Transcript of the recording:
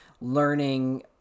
learning